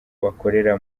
bakorera